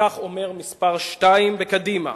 כך אומר מספר שתיים בקדימה,